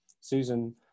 Susan